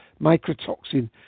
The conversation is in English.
microtoxin